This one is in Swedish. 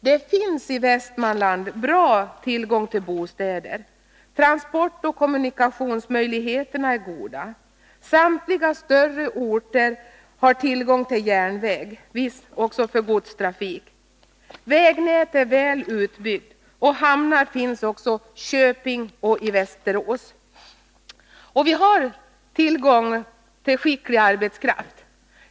Det finns bra tillgång till bostäder i Västmanland. Transportoch kommunikationsmöjligheterna är goda. Samtliga större orter har tillgång till järnväg, vissa även för godstrafik. Vägnätet är väl utbyggt och hamnar finns i Köping och Västerås. Vi har tillgång till skicklig arbetskraft.